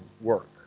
work